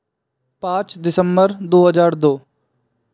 पाँच दिसंबर दो हज़ार दो